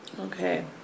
Okay